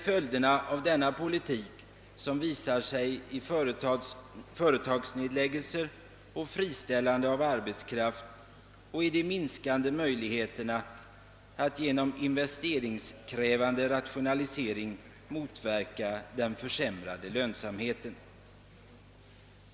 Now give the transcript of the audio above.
Följderna av denna politik visar sig i företagsnedläggelser och friställande av arbetskraft och i de minskande möjligheterna att genom investeringskrävande rationaliseringar motverka den försämrade lönsamheten.